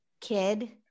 kid